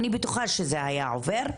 אני בטוחה שזה היה עובר,